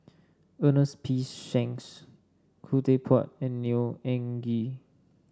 Ernest P Shanks Khoo Teck Puat and Neo Anngee